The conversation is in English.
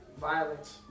violence